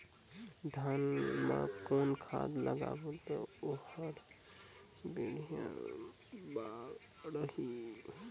धान मा कौन खाद लगाबो ता ओहार बेडिया बाणही?